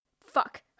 Fuck